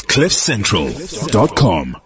Cliffcentral.com